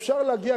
אפשר להגיע,